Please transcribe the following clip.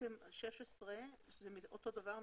בעצם 15 זה אותו דבר.